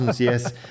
yes